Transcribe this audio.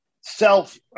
self